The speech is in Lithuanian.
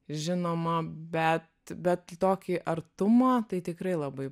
žinoma bet bet tokį artumą tai tikrai labai